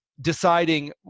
deciding